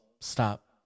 stop